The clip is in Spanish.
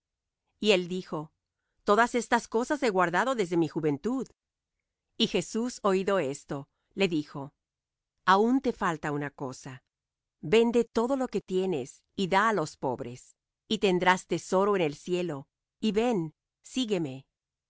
y él dijo todas estas cosas he guardado desde mi juventud y jesús oído esto le dijo aun te falta una cosa vende todo lo que tienes y da á los pobres y tendrás tesoro en el cielo y ven sígueme